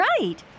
Right